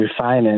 refinance